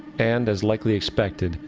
and, as likely expected,